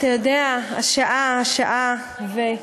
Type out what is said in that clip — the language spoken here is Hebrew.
אתה יודע, השעה וזה.